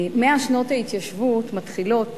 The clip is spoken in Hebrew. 100 שנות התיישבות מתחילות